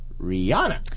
Rihanna